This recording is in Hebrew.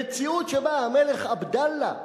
מציאות שבה המלך עבדאללה,